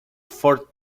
for